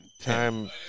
time